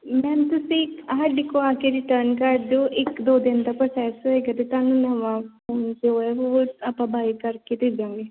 ma'am ਤੁਸੀਂ ਸਾਡੇ ਕੋਲ ਆ ਕੇ ਰਿਟਰਨ ਕਰ ਦਿਓ ਇੱਕ ਦੋ ਦਿਨ ਦਾ ਪਰੋਸੈਸ ਹੋਏਗਾ ਰਿਟਰਨ ਮੰਗਵਾ ਆਪਾਂ ਬਾਏ ਕਰ ਕੇ ਦੇ ਦਾਂਗੇ